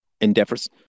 endeavors